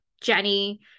Jenny